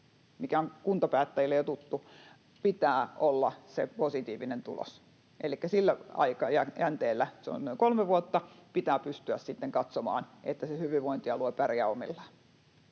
mikä on kuntapäättäjille jo tuttu, pitää olla se positiivinen tulos. Elikkä sillä aikajänteellä — se on noin kolme vuotta — pitää pystyä sitten katsomaan, että se hyvinvointialue pärjää omillaan.